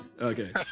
okay